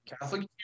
Catholic